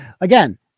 again